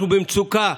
אנחנו במצוקה,